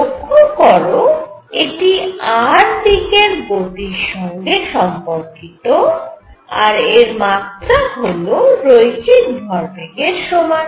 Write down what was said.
লক্ষ্য করো এটি r দিকের গতির সঙ্গে সম্পর্কিত আর এর মাত্রা হল রৈখিক ভরবেগের সমান